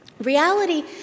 Reality